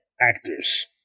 actors